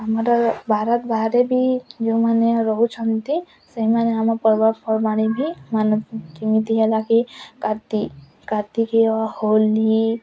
ଆମର ଭାରତ ବାହାରେ ବି ଯେଉଁମାନେ ରହୁଛନ୍ତି ସେହି ମାନେ ଆମ ପର୍ବପର୍ବାଣି ବି ମାନନ୍ତି କେମିତି ହେଲା କି କାର୍ତ୍ତିକୀୟ ହୋଲି